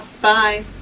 Bye